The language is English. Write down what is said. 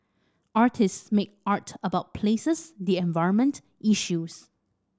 artists make art about places the environment issues